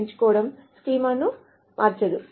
ఎంచుకోవడం స్కీమాను మార్చదు